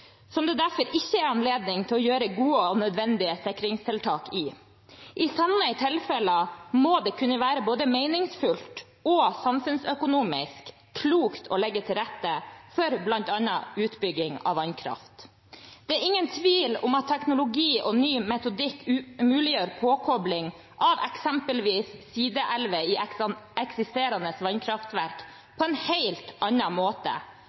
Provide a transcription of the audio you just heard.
som det derfor ikke er anledning til å gjøre gode og nødvendige sikringstiltak i. I slike tilfeller må det kunne være både meningsfullt og samfunnsøkonomisk klokt å legge til rette for bl.a. utbygging av vannkraft. Det er ingen tvil om at teknologi og ny metodikk muliggjør påkobling av eksempelvis sideelver i eksisterende vannkraftverk på en helt annen måte,